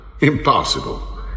Impossible